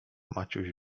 maciuś